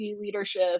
leadership